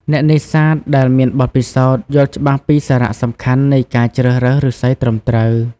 អ្នកនេសាទដែលមានបទពិសោធន៍យល់ច្បាស់ពីសារៈសំខាន់នៃការជ្រើសរើសឫស្សីត្រឹមត្រូវ។